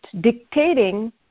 dictating